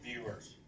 viewers